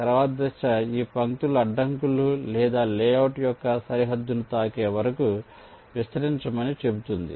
తరువాతి దశ ఈ పంక్తులు అడ్డంకులు లేదా లేఅవుట్ యొక్క సరిహద్దును తాకే వరకు విస్తరించమని చెబుతుంది